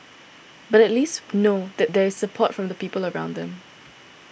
but at least know that there is support from the people around them